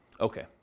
Okay